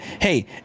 Hey